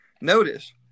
Notice